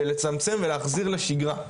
בלצמצם ולהחזיר לשגרה.